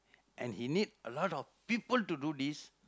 and he need a lot of people to do this